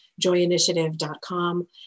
joyinitiative.com